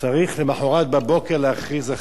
צריך למחרת בבוקר להכריז הכרזות.